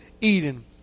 Eden